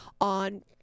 on